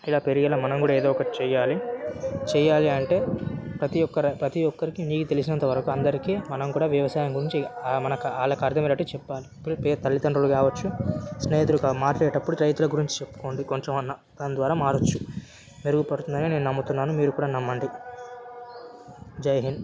ఇలా పెరిగేలా మనం కూడా ఏదో ఒకటి చేయాలి చేయాలి అంటే ప్రతి ఒక్క రై ప్రతి ఒక్కరికి నీకు తెలిసినంతవరకు అందరికీ మనం కూడా వ్యవసాయం గురించి మనకి వాళ్ళకు అర్థమయ్యేటట్లు చెప్పాలి ఇప్పుడు పెద్ద తల్లిదండ్రులు కావచ్చు స్నేహితులు మాట్లాడేటప్పుడు రైతుల గురించి చెప్పుకోండి కొంచమన్నా దాని ద్వారా మారొచ్చు మెరుగు పడుతుందనే నేను నమ్ముతున్నాను మీరు కూడా నమ్మండి జైహింద్